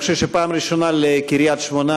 שאני חושב שזו הפעם הראשונה שלקריית שמונה